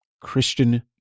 Christian